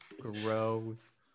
Gross